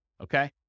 okay